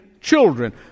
children